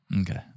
Okay